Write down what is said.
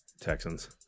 Texans